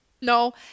no